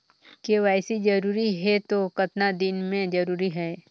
KYC जरूरी हे तो कतना दिन मे जरूरी है?